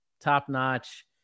top-notch